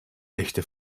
echte